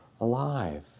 alive